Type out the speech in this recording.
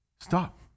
stop